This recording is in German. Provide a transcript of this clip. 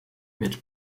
mit